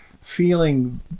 feeling